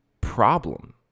problem